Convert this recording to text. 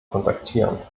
kontaktieren